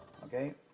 okay,